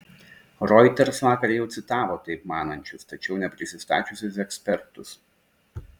reuters vakar jau citavo taip manančius tačiau neprisistačiusius ekspertus